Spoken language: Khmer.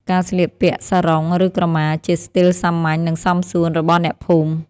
ការស្លៀកពាក់សារុង ឬក្រមា ជាស្ទីលសាមញ្ញ និងសមសួនរបស់អ្នកភូមិ។